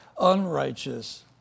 unrighteous